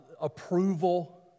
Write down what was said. approval